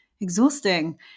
exhausting